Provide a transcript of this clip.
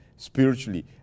spiritually